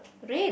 red